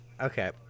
Okay